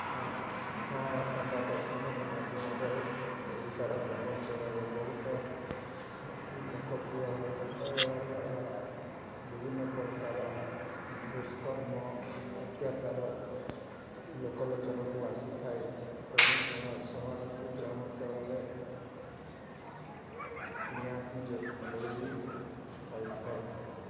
ହଁ ହଁ ସମ୍ବାଦ ସମ୍ବାଦ ମାଧ୍ୟମରେ ଓଡ଼ିଶାର ଗ୍ରାମାଞ୍ଚଳରେ ବହୁତ ଲୋକପ୍ରିୟ ହୋଇଥାଏ ଏହାଦ୍ଵାରା ବିଭିନ୍ନ ପ୍ରକାର ଦୁଷ୍କର୍ମ ଅତ୍ୟାଚାର ଲୋକଲୋଚନକୁ ଆସିଥାଏ ତେଣୁ ସମ୍ବାଦକୁ ଗ୍ରାମାଞ୍ଚଳରେ ନିହାତି ଜରୁରୀ ହୋଇଥାଏ